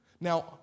Now